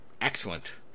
excellent